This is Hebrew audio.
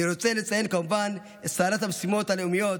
אני רוצה לציין כמובן את שרת המשימות הלאומיות,